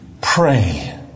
pray